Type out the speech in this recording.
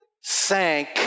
sank